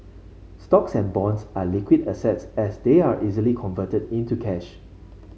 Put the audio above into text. stocks and bonds are liquid assets as they are easily converted into cash